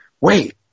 wait